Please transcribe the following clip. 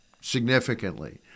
significantly